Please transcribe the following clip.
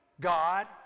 God